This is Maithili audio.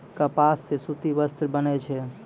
कपास सॅ सूती वस्त्र बनै छै